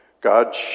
God